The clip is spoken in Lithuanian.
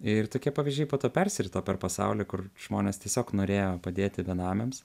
ir tokie pavyzdžiai po to persirito per pasaulį kur žmonės tiesiog norėjo padėti benamiams